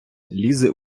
лізе